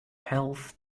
health